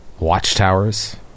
Watchtowers